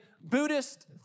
Buddhist